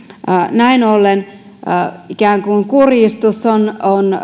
näin ollen kurjistus on